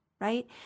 right